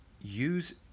use